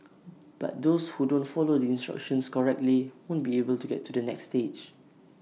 but those who don't follow the instructions correctly won't be able to get to the next stage